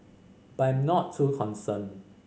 but I'm not too concerned